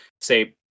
say